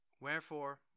Wherefore